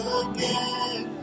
again